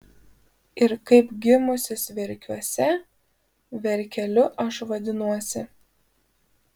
ir kaip gimusis verkiuose verkeliu aš vadinuosi